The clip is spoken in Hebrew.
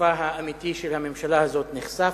שפרצופה האמיתי של הממשלה הזאת נחשף.